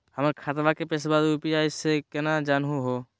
हमर खतवा के पैसवा यू.पी.आई स केना जानहु हो?